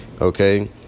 okay